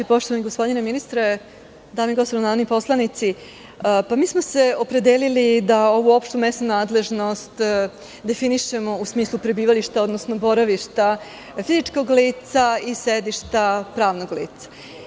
Poštovani gospodine ministre, dame i gospodo narodni poslanici, mi smo se opredelili da ovu opštu mesnu nadležnost definišemo u smislu prebivališta, odnosno boravišta fizičkog lica i sedišta pravnog lica.